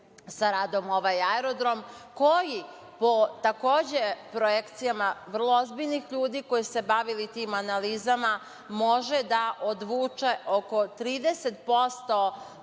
sa radom ovaj aerodrom koji po projekcijama vrlo ozbiljnih ljudi koji su se bavili tim analizama može da odvuče oko 30%